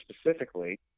specifically